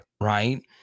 right